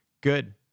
Good